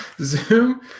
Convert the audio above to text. Zoom